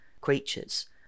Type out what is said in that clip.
creatures